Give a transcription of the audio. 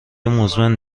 مزمن